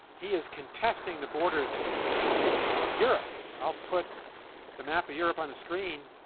he is contesting the borders of europe. i'll put the map of europe on the screen.